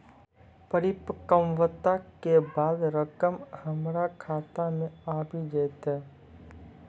परिपक्वता के बाद रकम हमरा खाता मे आबी जेतै?